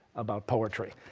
about poetry.